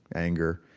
anger.